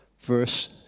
verse